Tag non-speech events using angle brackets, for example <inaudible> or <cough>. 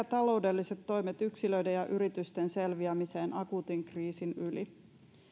<unintelligible> taloudelliset toimet yksilöiden ja yritysten selviämiseen akuutin kriisin yli